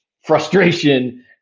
frustration